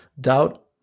doubt